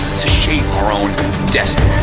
to shape our own destiny